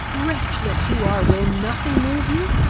wretch that you are, will nothing move you?